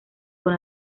con